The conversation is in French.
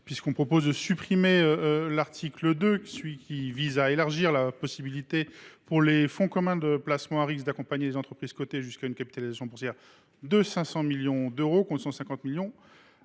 puisqu’il s’agit de supprimer l’article 2, lequel prévoit d’élargir la possibilité pour les fonds communs de placement à risques d’accompagner les entreprises cotées jusqu’à une capitalisation boursière de 500 millions d’euros, contre 150 millions